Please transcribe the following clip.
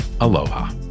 aloha